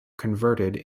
converted